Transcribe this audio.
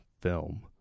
film